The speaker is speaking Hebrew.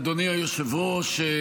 אדוני היושב-ראש.